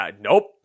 nope